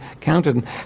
counted